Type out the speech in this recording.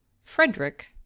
frederick